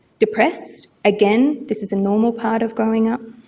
depressed, again, this is a normal part of growing up.